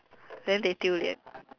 then they 丢脸